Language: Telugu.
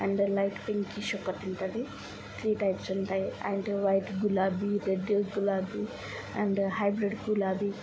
అండ్ లైట్ పింకిష్ ఒకటుంటుంది త్రీ టైప్స్ ఉంటాయి అండ్ వైట్ గులాబీ రెడ్ గులాబీ అండ్ హైబ్రిడ్ గులాబీ